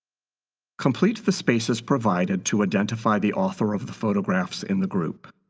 complete the spaces provided to identify the author of the photographs in the group.